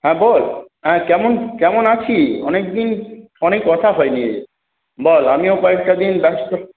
হ্যাঁ বল হ্যাঁ কেমন কেমন আছি অনেকদিন ফোনে কথা হয়নি বল আমিও কয়েকটা দিন ব্যস্ত